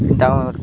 ତା